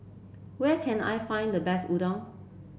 where can I find the best Udon